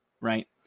right